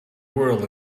world